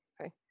Okay